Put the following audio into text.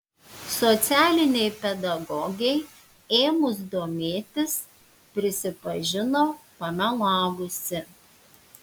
socialinei pedagogei ėmus domėtis prisipažino pamelavusi